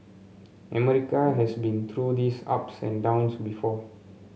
America has been through these ups and downs before